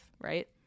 right